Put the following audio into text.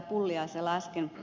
pulliaisella äsken